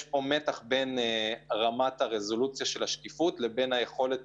יש מתח בין רמת הרזולוציה לבין היכולת